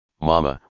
Mama